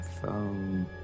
phone